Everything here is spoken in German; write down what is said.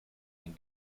den